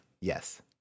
Yes